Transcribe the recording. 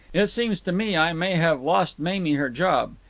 it seems to me i may have lost mamie her job.